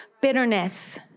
Bitterness